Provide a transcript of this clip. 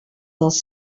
dels